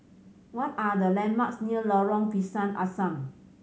what are the landmarks near Lorong Pisang Asam